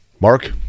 mark